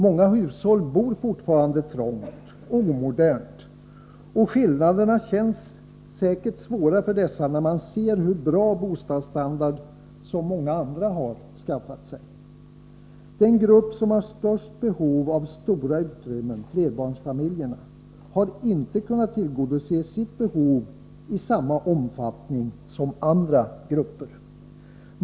Många hushåll bor fortfarande trångt och omodernt, och skillnaderna känns säkerligen svåra för dessa när de ser hur bra bostadsstandard många andra har skaffat sig. Den grupp som har störst behov av stora utrymmen, flerbarnsfamiljerna, har inte kunnat tillgodose sitt behov i samma omfattning som andra grupper.